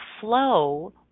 flow